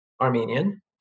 armenian